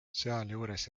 sealjuures